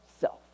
self